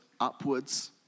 upwards